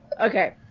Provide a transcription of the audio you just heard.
Okay